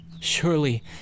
Surely